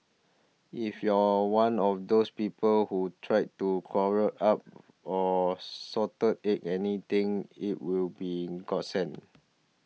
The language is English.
if you're one of those people who tired to quarrel up or Salted Egg anything it will be a godsend